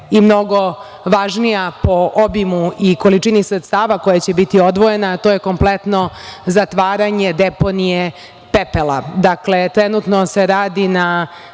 i mnogo važniji po obimu i količini sredstava koja će biti odvojena, a to je kompletno zatvaranje deponije pepela. Dakle, trenutno se radi na